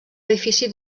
edifici